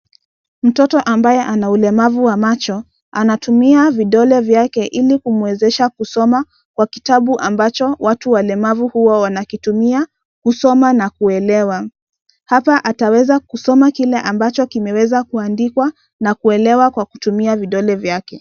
Mtoto ambaye ana ulemavu wa macho anatumia vidole vyake ilikumwezesha kusoma kwa kitabu ambacho watu walemavu huwa wanakitumia kusoma na kuelewa. Hapa ataweza kusoma kile ambacho kimeweza kuandikwa na kuelewa kwa kutumia vidole vyake.